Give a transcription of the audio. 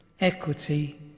equity